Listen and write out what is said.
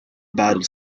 battle